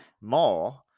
more